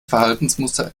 verhaltensmuster